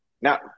Now